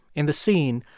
in the scene,